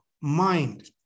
mind